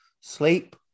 sleep